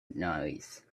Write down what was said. noise